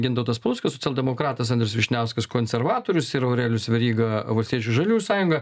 gintautas paluckas socialdemokratas andrius vyšniauskas konservatorius ir aurelijus veryga valstiečių ir žaliųjų sąjunga